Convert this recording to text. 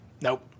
Nope